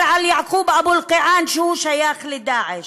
על יעקוב אבו אלקיעאן שהוא שייך ל"דאעש".